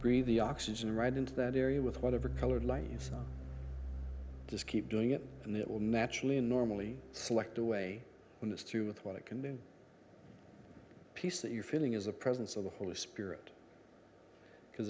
breathe the oxygen right into that area with whatever colored lights on just keep doing it and it will naturally normally select away from this too with what it can in peace that you're feeling is a presence of the holy spirit because